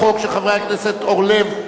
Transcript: (תיקון, הקלת התנאים לאישור תוכנית חיזוק),